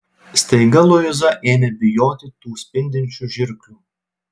staiga luiza ėmė bijoti tų spindinčių žirklių